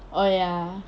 oh ya